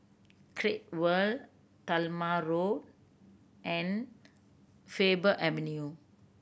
Great World Talma Road and Faber Avenue